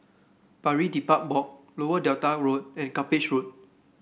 Pari Dedap Walk Lower Delta Road and Cuppage Road